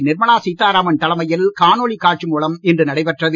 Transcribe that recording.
நிர்மலா சீத்தாராமன் தலைமையில் காணொலி காட்சி மூலம் இன்று நடைபெற்றது